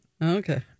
Okay